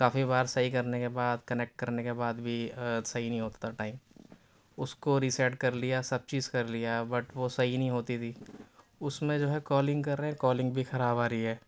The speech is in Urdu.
کافی بار صحیح کرنے کے بعد کنیکٹ کرنے کے بعد بھی صحیح نہیں ہوتا تھا ٹائم اس کو ریسیٹ کر لیا سب چیز کر لیا بٹ وہ صحیح نہیں ہوتی تھی اس میں جو ہے کالنگ کر رہے ہیں کالنگ بھی خراب آ رہی ہے